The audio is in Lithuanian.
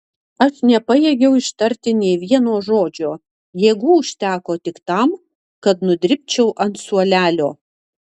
aš nepajėgiau ištarti nė vieno žodžio jėgų užteko tik tam kad nudribčiau ant suolelio